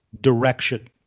direction